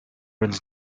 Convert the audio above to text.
runs